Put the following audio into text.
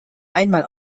einmal